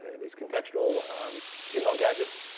these contextual gmail gadgets.